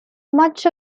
much